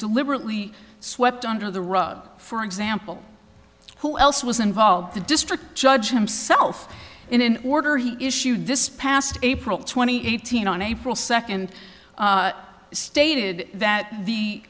deliberately swept under the rug for example who else was involved the district judge himself in an order he issued this past april twenty eight thousand on april second stated that the